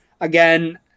Again